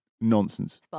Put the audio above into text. nonsense